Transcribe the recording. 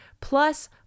plus